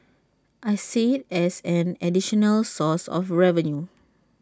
I see IT as an additional source of revenue